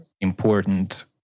important